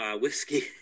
whiskey